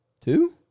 Two